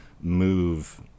Move